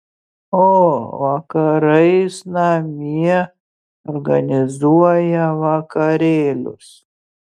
o vakarais namie organizuoja vakarėlius